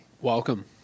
Welcome